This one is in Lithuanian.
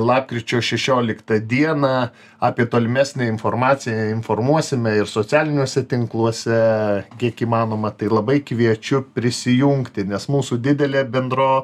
lapkričio šešioliktą dieną apie tolimesnę informaciją informuosime ir socialiniuose tinkluose kiek įmanoma tai labai kviečiu prisijungti nes mūsų didelė bendro